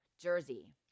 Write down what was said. Jersey